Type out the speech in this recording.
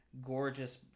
gorgeous